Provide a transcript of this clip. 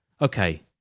Okay